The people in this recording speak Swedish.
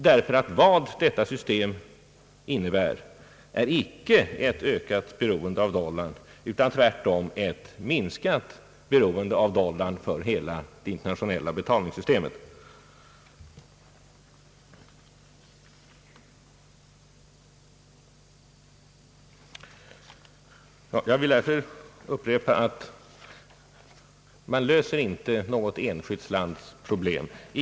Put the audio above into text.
Detta system innebär icke ett ökat beroende av dollarn, utan tvärtom ett minskat beroende av dollarn för hela det internationella betalningssystemet. Jag vill därför upprepa att man inte löser något enskilt lands problem genom denna reform.